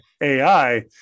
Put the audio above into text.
AI